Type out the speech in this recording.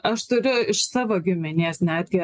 aš turiu iš savo giminės netgi